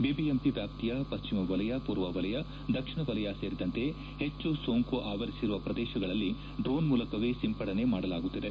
BBMP ವ್ಯಾಪ್ತಿಯ ಪಶ್ಚಿಮ ವಲಯ ಪೂರ್ವ ವಲಯ ದಕ್ಷಿಣ ವಲಯ ಸೇರಿದಂತೆ ಹೆಚ್ಚು ಸೋಂಕು ಆವರಿಸಿರುವ ಪ್ರದೇಶಗಳಲ್ಲಿ ದ್ರೋಣ್ ಮೂಲಕವೇ ಸಿಂಪಡಣೆ ಮಾಡಲಾಗುತ್ತಿದೆ